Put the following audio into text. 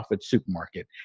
supermarket